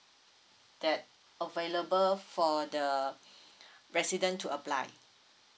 that available for the resident to apply